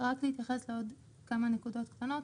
רק להתייחס לעוד כמה נקודות קטנות.